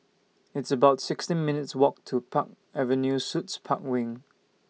It's about sixteen minutes' Walk to Park Avenue Suites Park Wing